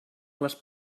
les